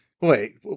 Wait